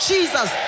Jesus